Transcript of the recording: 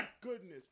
goodness